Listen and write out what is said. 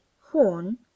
horn